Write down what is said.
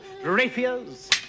rapiers